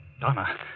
Donna